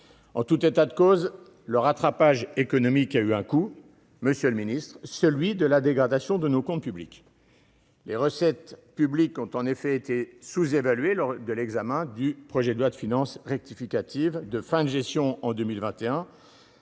En tout état de cause, ce rattrapage économique a eu un coût, monsieur le ministre, celui de la dégradation de nos comptes publics. Les recettes publiques ont en effet été sous-évaluées lors de l'examen du PLFR de fin de gestion en 2021,